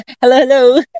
hello